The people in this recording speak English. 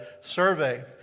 survey